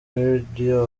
video